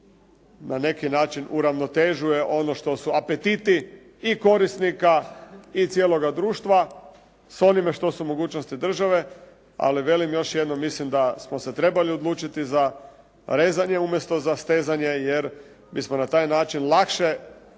trenutku uravnotežuje ono što su apetiti i korisnika i cijeloga društva s onime što su mogućnosti države, ali velim još jednom, mislim da smo se trebali odlučiti za rezanje umjesto za stezanje jer bismo na taj način lakše razgraničili